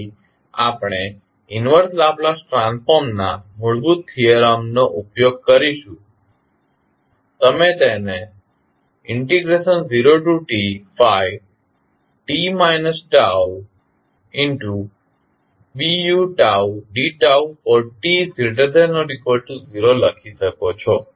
તેથી આપણે inverse Laplace ટ્રાન્સફોર્મના મૂળભૂત થીયરમ નો ઉપયોગ કરીશું તમે તેને 0tt τBudτt≥0 લખી શકો છો